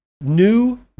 new